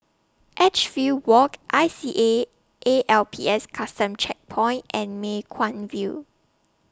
Edgefield Walk I C A A L P S Custom Checkpoint and Mei Kwan View